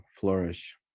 flourish